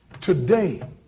Today